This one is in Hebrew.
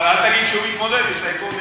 אבל אל תגיד שהוא מתמודד עם טייקונים,